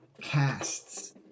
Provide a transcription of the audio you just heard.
casts